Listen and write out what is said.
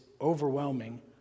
overwhelming